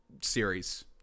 series